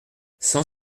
cent